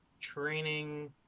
training